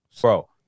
bro